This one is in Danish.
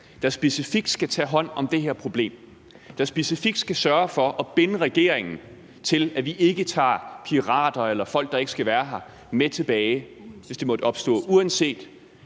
der specifikt skal tage hånd om det her problem, der specifikt skal sørge for at binde regeringen til, at vi ikke tager pirater eller folk, der ikke skal være her, med tilbage, hvis den situation måtte opstå, uanset